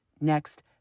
next